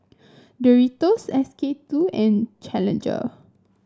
Doritos S K two and Challenger